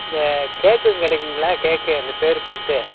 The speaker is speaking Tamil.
இந்த கேக்கு கிடைக்குங்களா கேக்கு இந்த பேர் போட்டு